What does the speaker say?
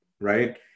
right